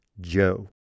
Joe